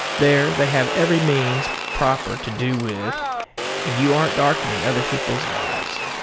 there they have every means proper to do with, and you aren't darkening other people's lives